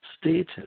stated